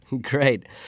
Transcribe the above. Great